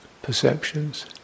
perceptions